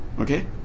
Okay